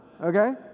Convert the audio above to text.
Okay